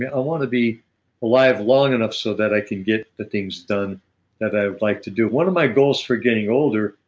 i want to be alive long enough so that i could get the things done that i'd like to do. one of my goals for getting older,